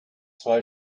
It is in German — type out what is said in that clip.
zwei